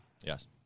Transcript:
Yes